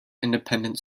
independent